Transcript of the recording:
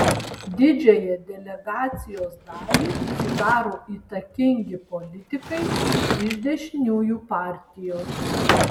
didžiąją delegacijos dalį sudaro įtakingi politikai iš dešiniųjų partijos